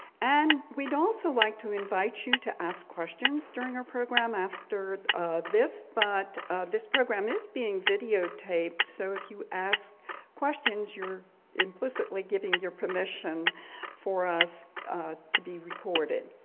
and we'd also like to invite you to ask questions during our program after this, but this program is being videotaped. so if you ask questions you're implicitly giving your permission for us to be recorded.